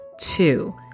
Two